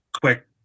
quick